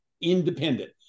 independent